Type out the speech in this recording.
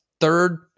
third